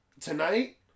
Tonight